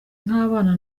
nk’abana